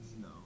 No